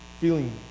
feeling